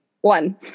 One